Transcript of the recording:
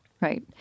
right